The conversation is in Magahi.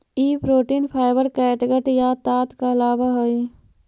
ई प्रोटीन फाइवर कैटगट या ताँत कहलावऽ हई